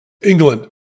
England